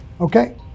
Okay